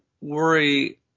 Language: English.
worry